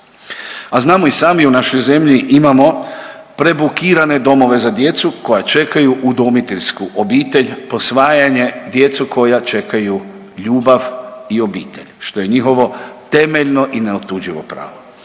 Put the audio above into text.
A znamo i sami u našoj zemlji imamo prebukirane domove za djecu koja čekaju udomiteljsku obitelj, posvajanje djecu koja čekaju ljubav i obitelj što je njihovo temeljno i neotuđivo pravo.